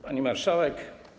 Pani Marszałek!